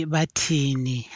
Batini